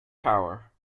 tower